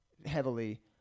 heavily